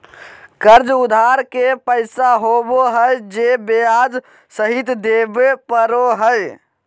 कर्ज उधार के पैसा होबो हइ जे ब्याज सहित देबे पड़ो हइ